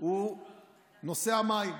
הוא נושא המים.